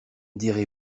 dirai